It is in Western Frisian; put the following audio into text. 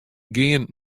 gean